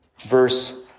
verse